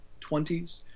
20s